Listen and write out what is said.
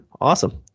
awesome